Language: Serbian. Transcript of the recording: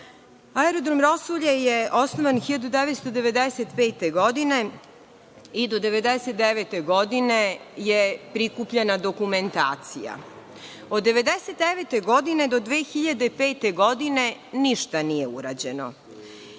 „Rosulje“ je osnovan 1995. godine i do 1999. godine je prikupljena dokumentacija. Od 1999. do 2005. godine ništa nije urađeno.